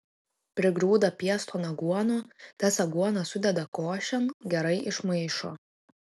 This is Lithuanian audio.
prigrūda pieston aguonų tas aguonas sudeda košėn gerai išmaišo